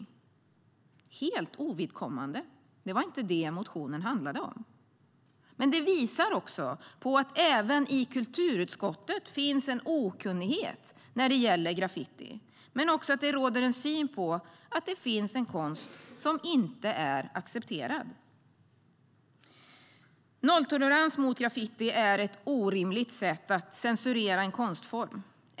Det är helt ovidkommande; det var inte det motionen handlade om. Men det visar också på att det även i kulturutskottet finns en okunnighet när det gäller graffiti men också att det råder en syn att det finns en konst som inte är accepterad. Nolltolerans mot graffiti är ett orimligt sätt att censurera en konstform.